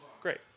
Great